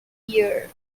year